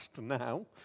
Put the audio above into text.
now